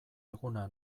eguna